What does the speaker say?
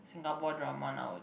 Singapore drama nowaday